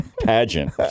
Pageant